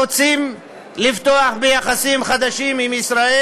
רוצים לפתוח ביחסים חדשים עם ישראל.